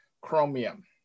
chromium